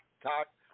talk